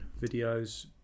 videos